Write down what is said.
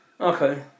Okay